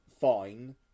fine